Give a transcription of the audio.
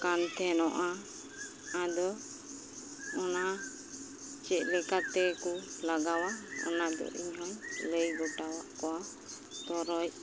ᱠᱟᱱ ᱛᱮᱦᱮᱱᱚᱜᱼᱟ ᱟᱫᱚ ᱚᱱᱟ ᱪᱮᱫ ᱞᱮᱠᱟᱛᱮ ᱠᱚ ᱞᱟᱜᱟᱣᱟ ᱚᱱᱟᱫᱚ ᱤᱧᱦᱚᱸᱧ ᱞᱟᱹᱭ ᱜᱚᱴᱟᱣᱟᱫ ᱠᱚᱣᱟ ᱛᱚᱨᱚᱡ